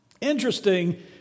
Interesting